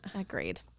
Agreed